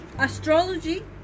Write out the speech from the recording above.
astrology